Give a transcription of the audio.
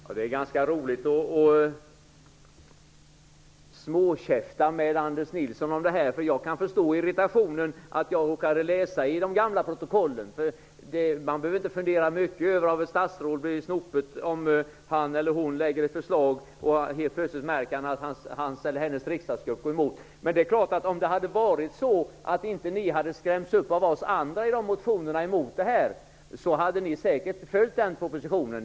Värderade talman! Det är ganska roligt att småkäfta med Anders Nilsson om detta. Jag förstår hans irritation över att jag råkade läsa i de gamla protokollen. Man behöver inte fundera mycket över om ett statsråd bli snopen om han eller hon framlägger ett förslag och helt plötsligt märker att hans eller hennes riksdagsgrupp går emot. Men om ni inte hade skrämts upp av våra motioner, hade ni säkert följt propositionen.